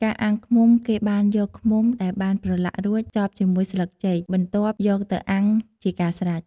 ការអាំងឃ្មុំ គេបានយកឃ្មុំដែលបានប្រឡាក់រួច ខ្ជប់ជាមួយស្លឹកចេក បន្ទាប់យកទៅអាំងជាការស្រេច។